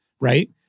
right